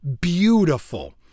beautiful